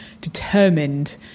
determined